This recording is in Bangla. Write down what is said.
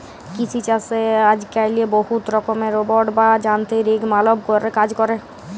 কিসি ছাসে আজক্যালে বহুত রকমের রোবট বা যানতিরিক মালব কাজ ক্যরে